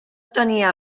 tenia